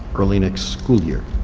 early next school year.